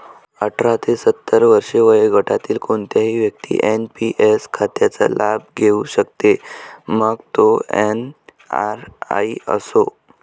अठरा ते सत्तर वर्षे वयोगटातील कोणतीही व्यक्ती एन.पी.एस खात्याचा लाभ घेऊ शकते, मग तो एन.आर.आई असो